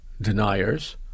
deniers